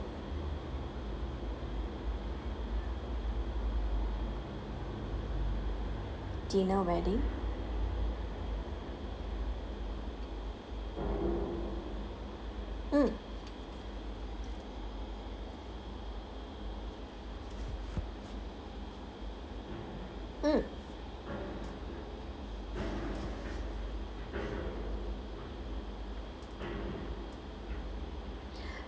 dinner wedding mm mm